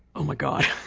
oh my god,